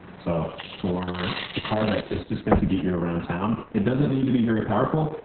so, for a car that is just meant to get you around town, it doesn't need to be very powerful,